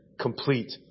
complete